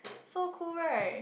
so cool right